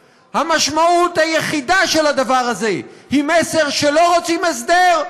המשמעות היחידה של הדבר הזה היא מסר שלא רוצים הסדר,